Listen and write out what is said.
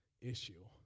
issue